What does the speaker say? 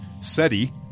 seti